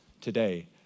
today